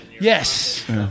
yes